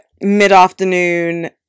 mid-afternoon